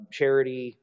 charity